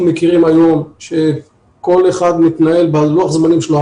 מכירים היום כאשר כל אחד מתנהל בלוח הזמנים שלו.